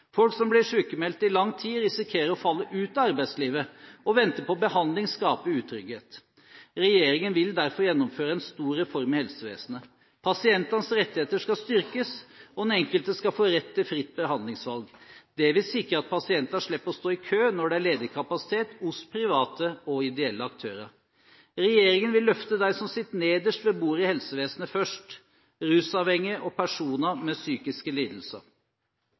Folk som blir sykmeldt i lang tid, risikerer å falle ut av arbeidslivet. Å vente på behandling skaper utrygghet. Regjeringen vil derfor gjennomføre en stor reform i helsevesenet. Pasientenes rettigheter skal styrkes, og den enkelte skal få rett til fritt behandlingsvalg. Det vil sikre at pasienter slipper å stå i kø når det er ledig kapasitet hos private og ideelle aktører. Regjeringen vil løfte dem som sitter nederst ved bordet i helsevesenet først: rusavhengige og personer med psykiske lidelser.